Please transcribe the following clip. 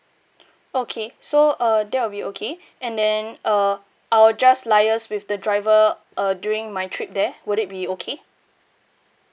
okay so uh that will be okay and then uh I will just liaise with the driver uh during my trip there would it be okay